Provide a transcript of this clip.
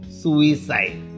suicide